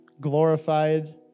glorified